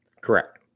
Correct